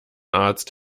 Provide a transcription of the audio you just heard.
arzt